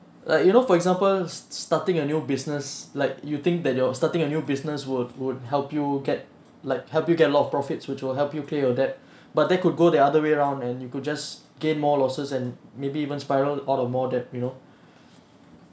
like you know for example starting a new business like you think that you're starting a new business would would help you get like help you get a lot of profits which will help you pay your debt but that could go the other way round and you could just gain more losses and maybe even spiral all the more debt you know